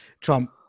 Trump